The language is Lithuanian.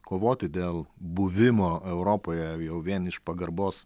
kovoti dėl buvimo europoje jau vien iš pagarbos